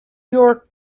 york